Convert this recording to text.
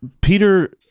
Peter